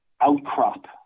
outcrop